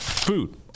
Food